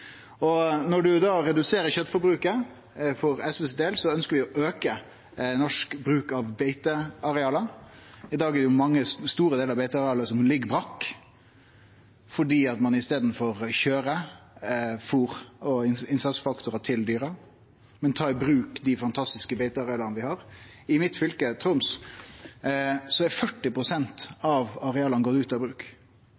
Når det gjeld å redusere kjøtforbruket: For SVs del ønskjer vi å auke norsk bruk av beiteareale. I dag er det jo store delar av beitearealet som ligg brakk fordi ein i staden køyrer fôr og innsatsfaktorar til dyra. Ein må ta i bruk dei fantastiske beiteareala vi har. I mitt fylke, Troms, er